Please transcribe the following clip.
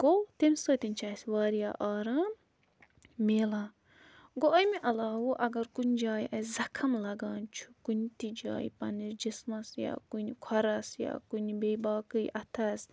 گوٚو تَمہِ سۭتۍ چھِ اَسہِ واریاہ آرام مِلان گوٚو اَمہِ عَلاوٕ اگر کُنہِ جایہِ اَسہِ زَخم لَگان چھُ کُنہِ تہِ جایہِ پَنٛنِس جِسمَس یا کُنہِ کھۄرَس یا کُنہِ بیٚیہِ باقٕے اَتھَس